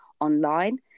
online